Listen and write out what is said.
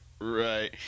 Right